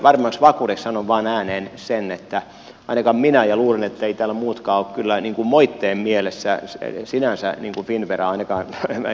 varmemmaksi vakuudeksi sanon vain ääneen sen etten ainakaan minä ja luulen etteivät täällä muutkaan ole kyllä moitteen mielessä finnveraa kommentoinut